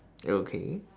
okay